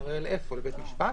לערער לבית משפט?